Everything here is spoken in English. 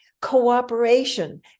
cooperation